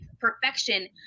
Perfection